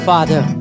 Father